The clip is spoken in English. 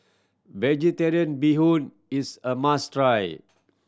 Vegetarian Bee Hoon is a must try